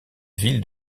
ville